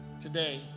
today